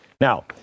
Now